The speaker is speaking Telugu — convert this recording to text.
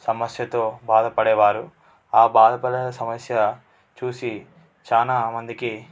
సమస్యతో బాధపడేవారు ఆ బాధపడే సమస్య చూసి చాలా మందికి